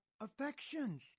affections